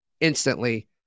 instantly